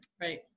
Right